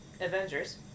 Avengers